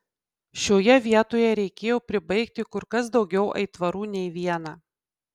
šioje vietoje reikėjo pribaigti kur kas daugiau aitvarų nei vieną